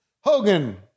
Hogan